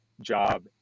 job